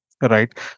Right